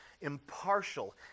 impartial